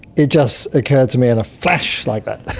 it just occurred to me in a flash like that.